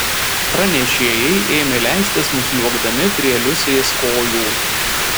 pranešėjai ėmė leistis nusliuogdami prie liusės kojų